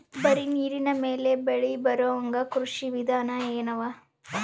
ಬರೀ ನೀರಿನ ಮೇಲೆ ಬೆಳಿ ಬರೊಹಂಗ ಕೃಷಿ ವಿಧಾನ ಎನವ?